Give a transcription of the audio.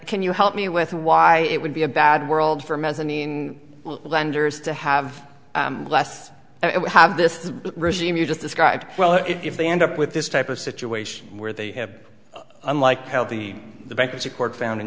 can you help me with why it would be a bad world for mezzanine lenders to have less have this regime you just described well if they end up with this type of situation where they have unlike healthy the bankruptcy court found